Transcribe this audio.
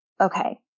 okay